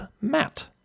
Matt